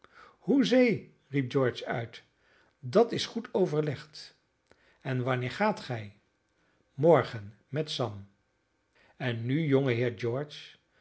hoezee riep george uit dat is goed overlegd en wanneer gaat gij morgen met sam en nu